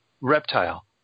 Reptile